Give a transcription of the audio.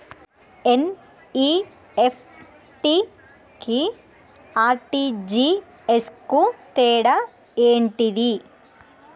NEFT కి RTGS కు తేడా ఏంటిది?